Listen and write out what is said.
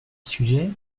sujet